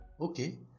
Okay